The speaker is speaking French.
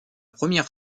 première